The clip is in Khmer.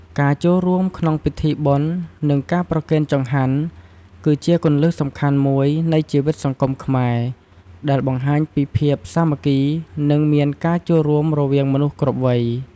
ការចូលរួមក្នុងពិធីបុណ្យ និងការប្រគេនចង្ហាន់ គឺជាគន្លឹះសំខាន់មួយនៃជីវិតសង្គមខ្មែរ ដែលបង្ហាញពីភាពសាមគ្គី និងមានការចូលរួមរវាងមនុស្សគ្រប់វ័យ។